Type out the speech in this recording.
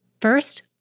First